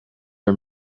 are